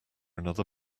another